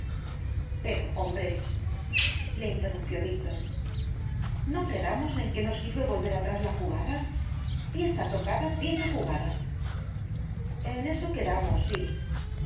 pero hombrele interrumpió víctor no quedamos en que no sirve volver atrás la jugada pieza tocada pieza jugada en eso quedamos sí pues